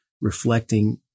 reflecting